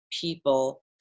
people